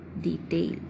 detail